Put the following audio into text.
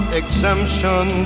exemption